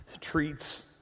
treats